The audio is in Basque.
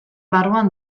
barruan